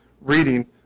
reading